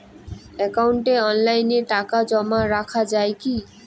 একাউন্টে অনলাইনে টাকা জমা রাখা য়ায় কি?